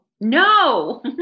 No